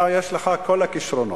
אתה יש לך כל הכשרונות,